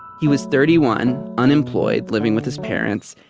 he was thirty one, unemployed, living with his parents,